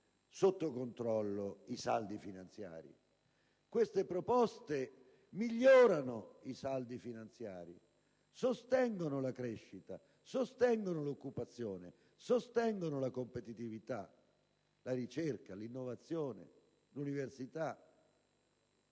sotto controllo i saldi finanziari. Queste proposte migliorano i saldi finanziari, sostengono la crescita, l'occupazione, la competitività, la ricerca, l'innovazione, l'università;